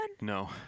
No